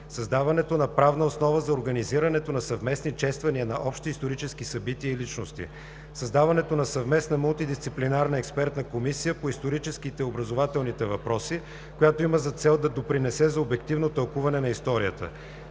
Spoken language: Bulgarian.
създаването на правна основа за организирането на съвместни чествания на общи исторически събития и личности; - създаването на Съвместна мултидисциплинарна експертна комисия по историческите и образователните въпроси, която има за цел да допринесе за обективно тълкуване на историята;